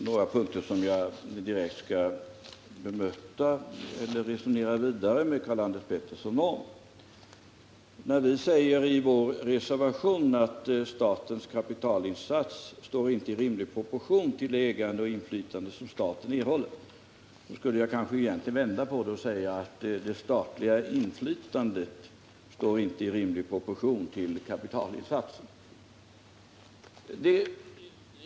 Herr talman! Jag skall på några punkter direkt bemöta eller resonera vidare med Karl-Anders Petersson. Vi säger i vår reservation att statens kapitalinsats inte står i rimlig proportion till det ägande och inflytande som staten erhåller. Jag skulle kanske egentligen vilja vända på detta och säga, att det statliga inflytandet inte står i proportion till kapitalinsatsen.